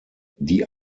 die